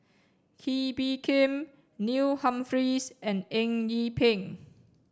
Kee Bee Khim Neil Humphreys and Eng Yee Peng